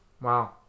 Wow